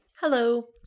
Hello